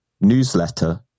newsletter